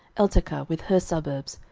eltekeh with her suburbs,